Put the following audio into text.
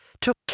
took